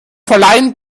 verleihen